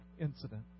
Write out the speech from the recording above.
incident